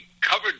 covered